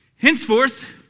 Henceforth